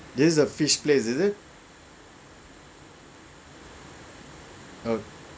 this is the fish plays is it or